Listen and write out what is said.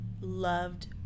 loved